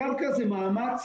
הקרקע זה מאמץ